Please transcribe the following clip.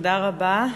אדוני היושב-ראש,